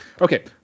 Okay